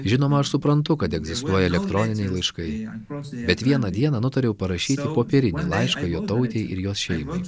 žinoma aš suprantu kad egzistuoja elektroniniai laiškai bet vieną dieną nutariau parašyti popierinį laiškai jotautei ir jos šeimai